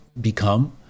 become